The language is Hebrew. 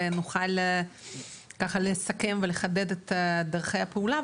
ונוכל ככה לסכם ולחדד את דרכי הפעולה.